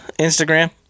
Instagram